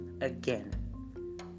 again